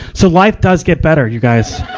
so, life does get better, you guys.